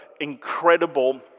incredible